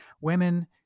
Women